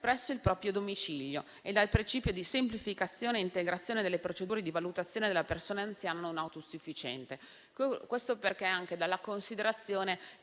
presso il proprio domicilio e dal principio di semplificazione e integrazione delle procedure di valutazione della persona anziana non autosufficiente, partendo anche dalla considerazione